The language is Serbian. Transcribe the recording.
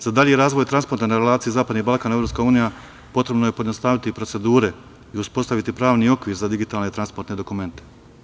Za dalji razvoj transporta na relaciji zapadni Balkan, EU, potrebno je pojednostaviti procedure i uspostaviti pravni okvir za digitalne transportne dokumente.